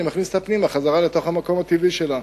אני מכניס אותה פנימה חזרה לתוך המקום הטבעי שלה.